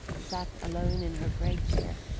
sat alone in her great chair,